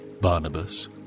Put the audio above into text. Barnabas